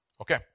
Okay